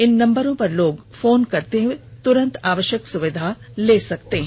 इन नम्बरो पर लोग फोन करते तुरंत आवश्यक सुविधा ले सकते है